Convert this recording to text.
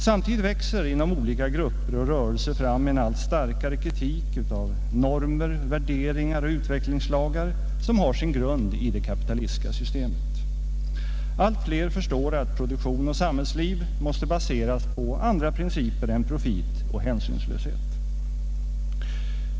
Samtidigt växer inom olika grupper och rörelser fram en allt starkare kritik av normer, värderingar och utvecklingslagar vilka har sin grund i det kapitalistiska systemet. Allt fler förstår att produktion och samhällsliv måste baseras på andra principer än profit och hänsynslöshet.